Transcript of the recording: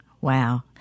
Wow